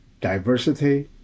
diversity